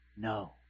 no